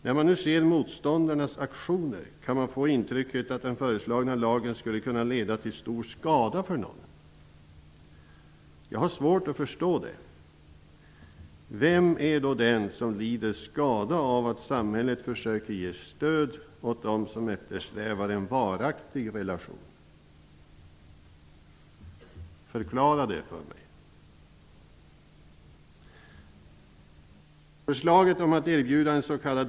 När man ser motståndarnas aktioner kan man få intrycket att den föreslagna lagen skulle kunna leda till stor skada för någon. Jag har svårt att förstå det. Vem lider skada av att samhället försöker ge stöd åt dem som eftersträvar en varaktig relation? Förklara det för mig!